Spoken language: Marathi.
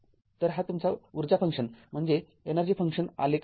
तर हा तुमचा ऊर्जा फंक्शन आलेख आहे